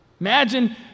Imagine